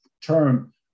term